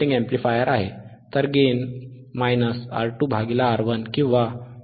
Gain R2R1